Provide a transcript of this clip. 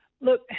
look